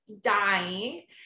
dying